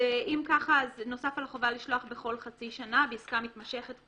נוסף על החובה לשלוח בכל חצי שנה בעסקה מתמשכת,